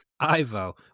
Ivo